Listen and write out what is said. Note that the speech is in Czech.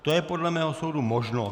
To je podle mého soudu možnost.